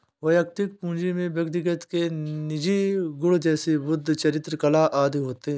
वैयक्तिक पूंजी में व्यक्ति के निजी गुण जैसे बुद्धि, चरित्र, कला आदि होते हैं